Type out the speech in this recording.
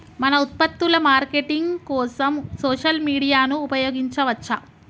మన ఉత్పత్తుల మార్కెటింగ్ కోసం సోషల్ మీడియాను ఉపయోగించవచ్చా?